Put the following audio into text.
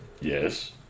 Yes